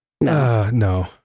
No